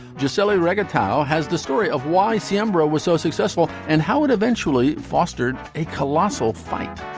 just selling reggae style. has the story of why sambora was so successful and how it eventually fostered a colossal fight